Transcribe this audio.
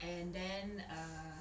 and then err